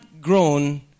grown